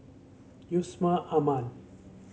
Yusman Aman